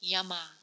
Yama